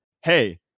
hey